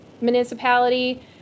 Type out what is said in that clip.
municipality